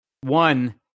One